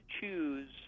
choose